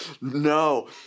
no